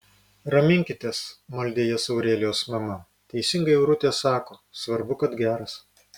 raminkitės maldė jas aurelijos mama teisingai aurutė sako svarbu kad geras